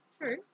True